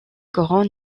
couronne